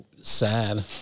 sad